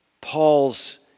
Paul's